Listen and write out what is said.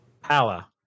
Pala